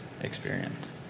experience